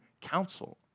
council